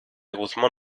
guzmán